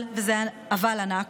אבל, וזה אבל ענק,